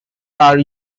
are